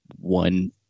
one